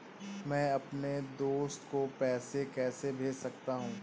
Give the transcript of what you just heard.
मैं अपने दोस्त को पैसे कैसे भेज सकता हूँ?